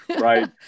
Right